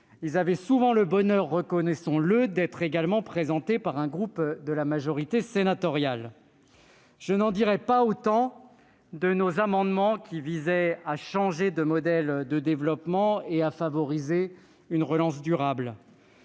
ils étaient souvent- par bonheur, reconnaissons-le ! -également présentés par un groupe de la majorité sénatoriale. Je n'en dirai pas autant de nos amendements qui visaient à changer de modèle de développement et à favoriser une relance durable.